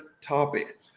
topic